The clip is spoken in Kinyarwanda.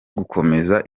gukomeza